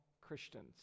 Christians